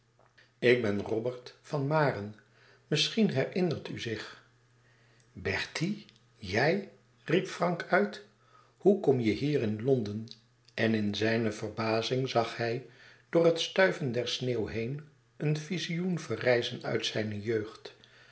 ik ben robert van maeren misschien herinnert u zich bertie jij riep frank uit hoe kom je hier in londen en in zijne verbazing zag hij door het stuiven der sneeuw heen een vizioen verrijzen uit zijne jeugd